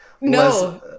No